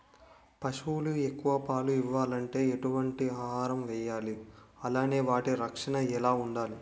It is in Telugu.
పశువులు ఎక్కువ పాలు ఇవ్వాలంటే ఎటు వంటి ఆహారం వేయాలి అలానే వాటి రక్షణ ఎలా వుండాలి?